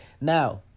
Now